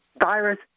virus